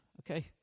okay